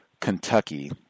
Kentucky